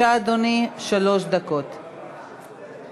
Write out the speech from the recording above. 3116, 3143,